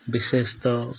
ବିଶେଷ ତ